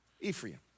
Ephraim